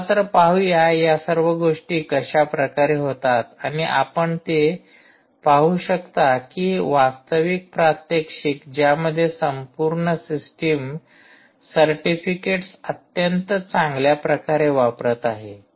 चला तर पाहूया या सर्व गोष्टी कशा प्रकारे होतात आणि आपण ते पाहू शकता कि वास्तविक प्रात्यक्षिक ज्यामध्ये संपूर्ण सिस्टीम सर्टिफिकेट्स अत्यंत चांगल्या प्रकारे वापरत आहे